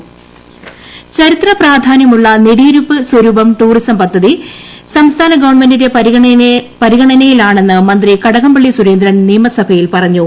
കടകംപള്ളി സുരേന്ദ്രൻ ചരിത്ര പ്രാധാന്യമുള്ള നെടിയിരുപ്പ് സ്വരൂപം ടൂറിസം പദ്ധതി സംസ്ഥാന ഗവൺമെന്റിന്റെ പരിഗണനയിലാണെന്ന് മന്ത്രി കടകംപള്ളി സുരേന്ദ്രൻ നിയമസഭയിൽ പറഞ്ഞു